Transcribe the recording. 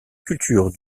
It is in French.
culture